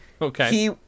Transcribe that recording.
Okay